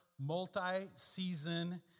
multi-season